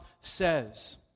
says